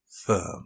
firm